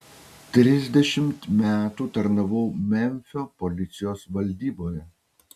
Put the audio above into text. trisdešimt metų tarnavau memfio policijos valdyboje